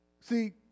see